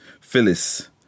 Phyllis